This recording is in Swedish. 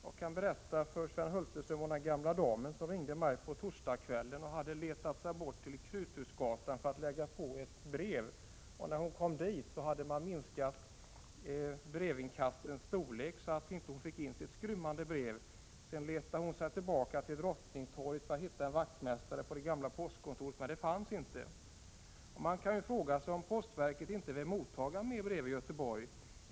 Jag kan berätta för Sven Hulterström om den gamla dam som ringde mig på torsdagskvällen och som hade letat sig bort till Kruthusgatan för att lägga på ett brev. När hon kom dit hade man minskat brevinkastens storlek så att hon inte fick in sitt skrymmande brev. Sedan letade hon sig tillbaka till Drottningtorget för att hitta en vaktmästare på det gamla postkontoret, men detta existerade inte längre. Man kan ju fråga sig om postverket inte vill motta fler brev i Göteborg.